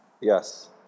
Yes